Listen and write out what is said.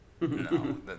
No